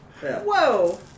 Whoa